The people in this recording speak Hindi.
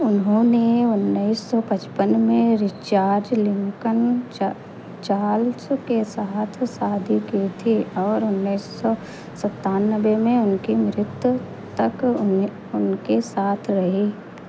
उन्होंने उन्नीस सौ पचपन में रिचर्ड लिन्कन चा चार्ल्स के साथ शादी की थी और उन्नीस सौ सत्तानवे में उनकी मृत्यु तक उन उन उनके साथ रही